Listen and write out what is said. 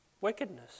Wickedness